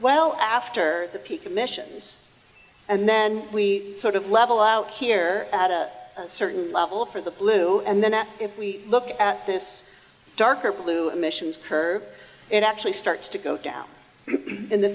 well after the peak emissions and then we sort of level out here at a certain level for the blue and then if we look at this darker blue emissions her it actually starts to go down in the